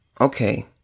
Okay